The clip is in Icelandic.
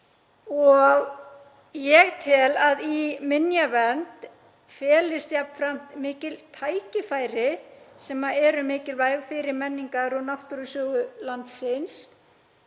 Ég tel að í minjavernd felist jafnframt mikil tækifæri sem eru mikilvæg fyrir menningar- og náttúrusögu landsins